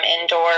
indoor